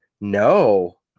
No